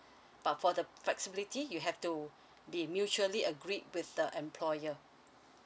but for the flexibility you have to be mutually agreed with the employer